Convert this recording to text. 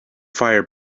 fire